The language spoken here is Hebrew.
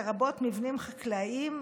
לרבות מבנים חקלאיים,